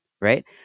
Right